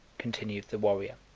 continued the warrior,